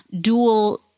dual